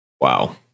Wow